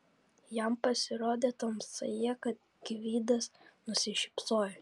jam pasirodė tamsoje kad gvidas nusišypsojo